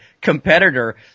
competitor